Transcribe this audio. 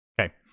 Okay